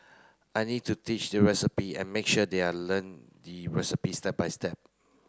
I need to teach the recipe and make sure they are learn the recipe step by step